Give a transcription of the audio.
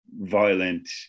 violent